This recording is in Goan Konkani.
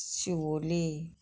शिवोली